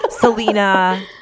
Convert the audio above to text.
selena